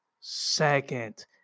second